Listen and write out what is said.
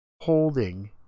holding